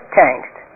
changed